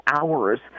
hours